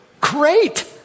great